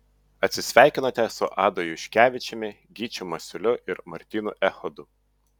atsisveikinote su adu juškevičiumi gyčiu masiuliu ir martynu echodu